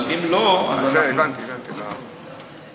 אבל אם לא, אנחנו, הבנתי, הבנתי.